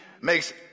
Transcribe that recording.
makes